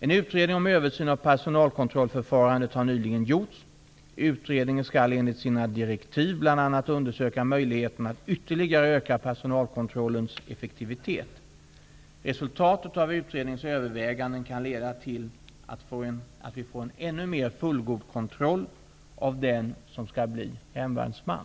En utredning om översyn av personalkontrollförfarandet har nyligen tillsatts. bl.a. undersöka möjligheterna att ytterligare öka personalkontrollens effektivitet. Resultatet av utredningens överväganden kan leda till att vi får en ännu mer fullgod kontroll av den som vill bli hemvärnsman.